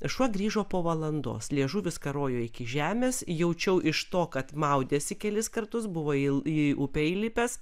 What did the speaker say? šuo grįžo po valandos liežuvis karojo iki žemės jaučiau iš to kad maudėsi kelis kartus buvo ir į upę įlipęs